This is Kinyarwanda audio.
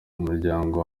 muryango